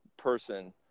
person